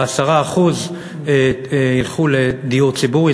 ו-10% ילכו לדיור ציבורי.